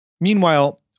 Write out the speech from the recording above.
Meanwhile